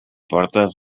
portes